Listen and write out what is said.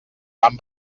quan